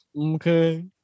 Okay